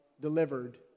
delivered